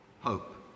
hope